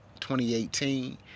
2018